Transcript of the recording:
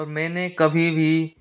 और मैंने कभी भी